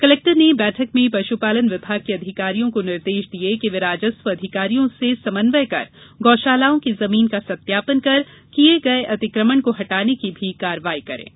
collector ने बैठक में पशुपालन विभाग के अधिकारियों को निर्देश दिए कि वे राजस्व अधिकारियों से समन्वय कर गौशालाओं की जमीन का सत्यापन कर किए गए अतिक्रमण को हटाने की भी कार्यवाही कराए